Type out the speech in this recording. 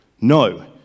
No